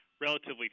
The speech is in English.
relatively